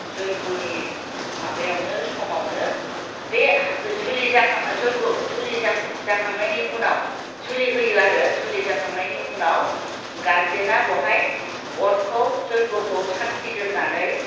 जयग'नि माबायावनो समावनो बे जुलि जाखां जयग' जाखांनायनि उनाव जुलि होयो आरो जुलि जाखांनायनि उनाव गारजेना बेवहाय अरखौ जयग'खौ साखि दोननानै